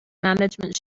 management